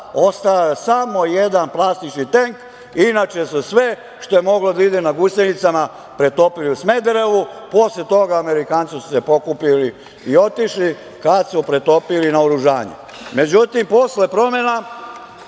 ostao je samo jedan plastični tenk, inače su sve što je moglo da ide na gusenicama pretopili u Smederevu. Posle toga su se Amerikanci pokupili i otišli, kad su pretopili naoružanje.Međutim,